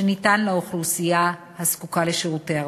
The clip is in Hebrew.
שניתן לאוכלוסייה הזקוקה לשירותי הרווחה.